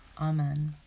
Amen